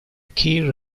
key